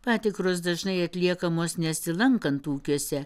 patikros dažnai atliekamos nesilankant ūkiuose